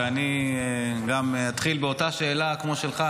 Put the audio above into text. ואני גם אתחיל באותה שאלה כמו שלך,